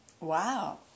Wow